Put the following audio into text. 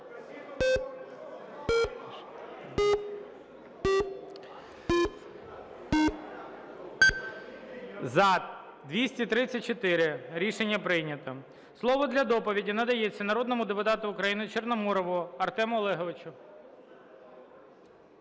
За-234 Рішення прийнято. Слово для доповіді надається народному депутату України Чорноморову Артему Олеговичу.